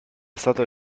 stato